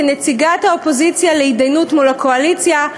כנציגת האופוזיציה להתדיינות מול הקואליציה,